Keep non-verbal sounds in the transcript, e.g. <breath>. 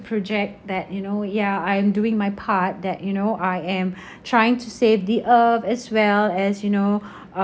project that you know yeah I am doing my part that you know I am <breath> trying to save the earth as well as you know